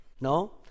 No